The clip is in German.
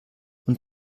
und